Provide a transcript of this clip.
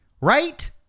right